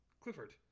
Clifford